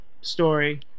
story